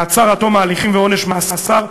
מעצר עד תום ההליכים ועונש מאסר,